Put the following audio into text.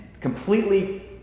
completely